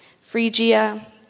Phrygia